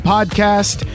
Podcast